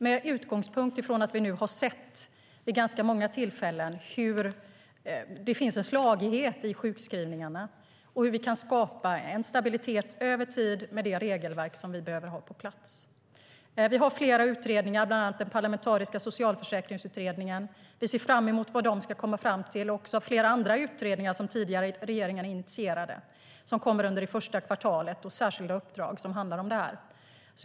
Med utgångspunkt i det tror jag att vi behöver ha en bred diskussion om hur vi åstadkommer stabilitet i sjukförsäkringen och stabilitet över tid med det regelverk som vi behöver få på plats. Vi har flera utredningar på gång, bland annat den parlamentariska socialförsäkringsutredningen. Vi ser fram emot vad de kommer fram till. Det finns också flera utredningar som den tidigare regeringen initierade som kommer under första kvartalet, och det finns särskilda uppdrag som handlar om det här.